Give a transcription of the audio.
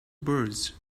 birds